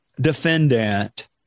defendant